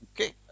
Okay